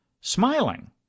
smiling